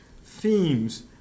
themes